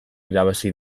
irabazi